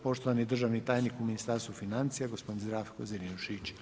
Poštovani državni tajnik u Ministarstvu financija, gospodin Zdravko Zrinušić.